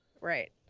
Right